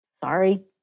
Sorry